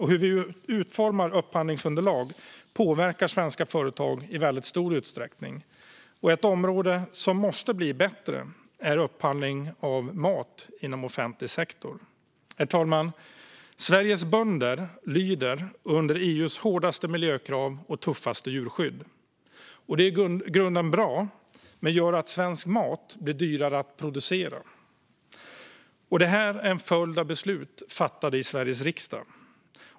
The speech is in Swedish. Hur vi utformar upphandlingsunderlag påverkar svenska företag i stor utsträckning. Ett område som måste bli bättre är upphandling av mat inom offentlig sektor. Herr talman! Sveriges bönder lyder under EU:s hårdaste miljökrav och tuffaste djurskydd. Det är i grunden bra men gör att svensk mat blir dyrare att producera. Det är en följd av beslut fattade i Sveriges riksdag.